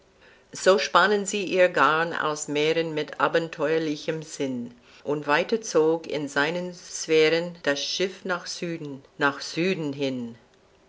so spannen sie ihr garn aus mären mit abenteuerlichem sinn und weiter zog in seinen sphären das schiff nach süden nach süden hin